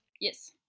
Yes